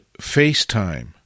FaceTime